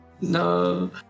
No